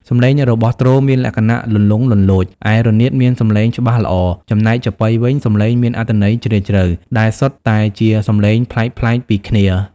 សំឡេងរបស់ទ្រមានលក្ខណៈលន្លង់លន្លោច ឯរនាតមានសំឡេងច្បាស់ល្អ ចំណែកចាប៉ីវិញ សំឡេងមានអត្ថន័យជ្រាលជ្រៅ ដែលសុទ្ធតែជាសំឡេងប្លែកៗពីគ្នា។